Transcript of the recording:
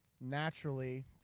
Naturally